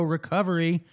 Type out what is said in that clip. Recovery